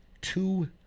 two